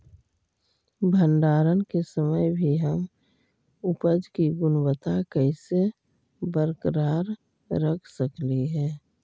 भंडारण के समय भी हम उपज की गुणवत्ता कैसे बरकरार रख सकली हे?